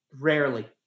Rarely